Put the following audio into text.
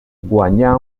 guanyà